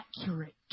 accurate